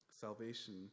salvation